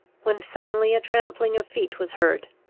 when suddenly a trampling of feet was heard,